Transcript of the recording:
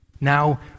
Now